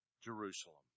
Jerusalem